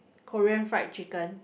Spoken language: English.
Korean fried chicken